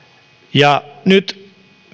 nyt